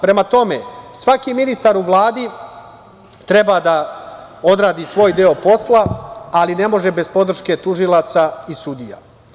Prema tome, svaki ministar u Vladi treba da odradi svoj deo posla, ali ne može bez podrške tužilaca i sudija.